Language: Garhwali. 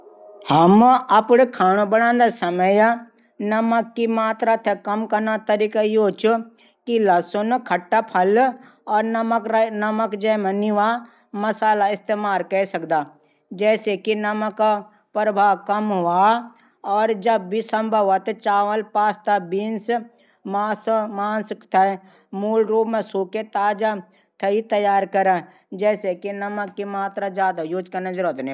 हम अपड खांणू बणाद समय नमक मात्रा थै कम कनौ तरीका योच की लहसून खटटा फल नमक जैमा नी ह्वा मसाला इस्तेमाल कै सकदा। जैसे कि नमक प्रभाव कम ह्वे साक जब भी सम्भव ह्वा चावल पास्ता बींनस मास थै मूल रूप मा तैयार कैरा। जैसे की नमक थै ज्यादा नी प्रयोग कन प्वाडी